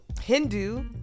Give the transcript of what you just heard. Hindu